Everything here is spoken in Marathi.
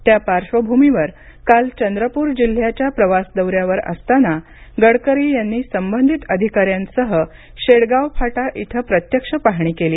त्या पार्श्वभूमीवर काल चंद्रपूर जिल्ह्याच्या प्रवासदौऱ्यावर असताना गडकरी यांनी संबंधित अधिकाऱ्यांसह शेडगाव फाटा इथं प्रत्यक्ष पाहणी केली